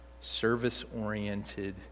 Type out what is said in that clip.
service-oriented